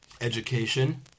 education